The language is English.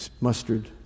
Mustard